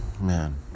man